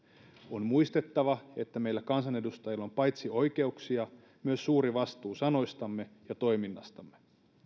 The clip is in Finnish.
on muistettava että meillä kansanedustajilla on paitsi oikeuksia myös suuri vastuu sanoistamme ja toiminnastamme